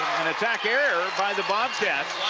an attack error by the bobcats.